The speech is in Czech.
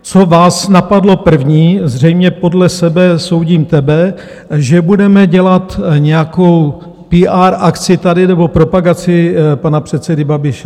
Co vás napadlo první, zřejmě podle sebe soudím tebe, že budeme dělat nějakou PR akci tady nebo propagaci pana předsedy Babiše.